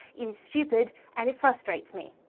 it's stupid and it frustrates me.